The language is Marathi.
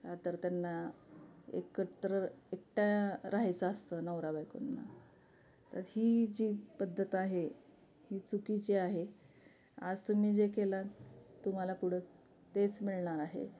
का तर त्यांना एकत्र एकटं राहायचं असतं नवरा बायकोंना तर ही जी पद्धत आहे ही चुकीची आहे आज तुम्ही जे केला तुम्हाला पुढं तेच मिळणार आहे